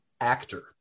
actor